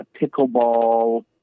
pickleball